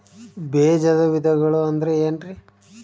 ಬೇಜದ ವಿಧಗಳು ಅಂದ್ರೆ ಏನ್ರಿ?